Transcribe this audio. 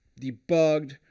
debugged